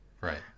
right